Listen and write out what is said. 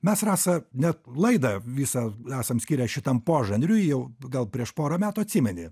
mes rasa net laidą visą esam skyrę šitam požanriui jau gal prieš porą metų atsimeni